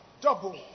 Double